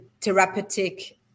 therapeutic